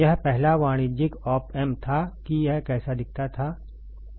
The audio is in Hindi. यह पहला वाणिज्यिक ऑप एम्प था कि यह कैसा दिखता था